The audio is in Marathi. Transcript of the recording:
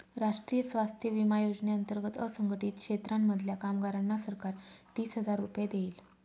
राष्ट्रीय स्वास्थ्य विमा योजने अंतर्गत असंघटित क्षेत्रांमधल्या कामगारांना सरकार तीस हजार रुपये देईल